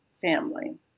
family